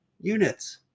units